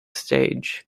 stage